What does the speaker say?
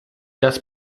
das